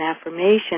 affirmation